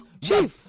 Chief